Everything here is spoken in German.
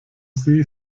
sie